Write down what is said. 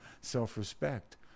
self-respect